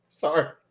Sorry